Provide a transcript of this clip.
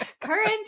Current